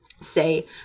say